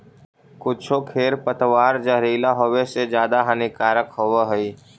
कुछो खेर पतवार जहरीला होवे से ज्यादा हानिकारक होवऽ हई